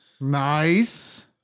Nice